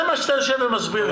זה מה שאתה מסביר לי.